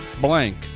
blank